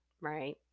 right